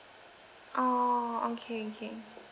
orh okay okay